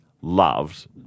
Loved